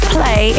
Play